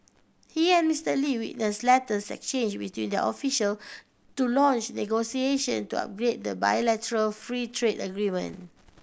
he and Mister Lee witnessed letters exchanged between their official to launch negotiation to upgrade the bilateral free trade agreement